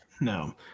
No